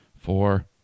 four